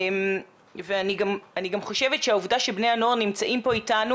אני גם חושבת שהעובדה שבני הנוער נמצאים פה איתנו,